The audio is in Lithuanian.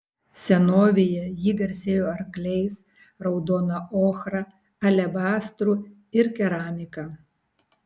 senovėje ji garsėjo arkliais raudona ochra alebastru ir keramika